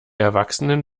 erwachsenen